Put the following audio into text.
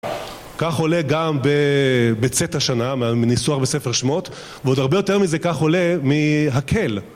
כך עולה גם בצאת השנה בניסוח בספר שמות ועוד הרבה יותר מזה כך עולה מהקהל